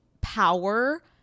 power